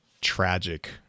tragic